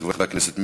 הצעות מס' 1079,